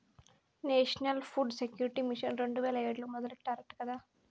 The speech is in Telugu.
నేషనల్ ఫుడ్ సెక్యూరిటీ మిషన్ రెండు వేల ఏడులో మొదలెట్టారట కదా